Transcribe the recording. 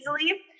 easily